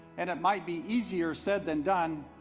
and it might be easier said than done,